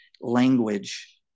language